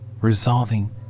resolving